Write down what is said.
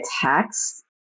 text